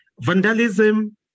vandalism